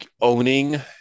owning